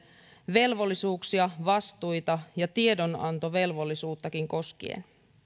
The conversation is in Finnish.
velvollisuuksia vastuita ja tiedonantovelvollisuuttakin koskien